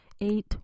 eight